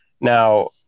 Now